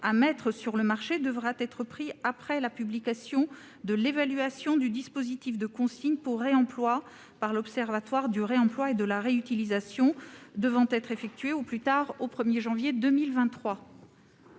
à mettre sur le marché devra être pris après la publication de l'évaluation du dispositif de consigne pour réemploi par l'observatoire du réemploi et de la réutilisation. Celle-ci doit être effectuée avant le 1 janvier 2023.